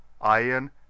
iron